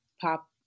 pop